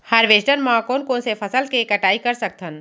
Harvester म कोन कोन से फसल के कटाई कर सकथन?